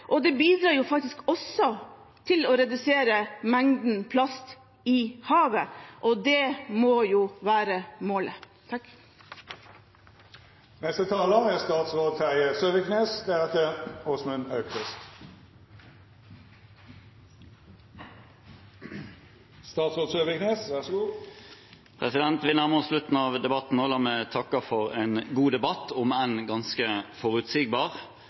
Det bidrar også til å redusere mengden plast i havet, og det må jo være målet. Vi nærmer oss slutten av debatten, og la meg takke for en god debatt – om enn ganske forutsigbar.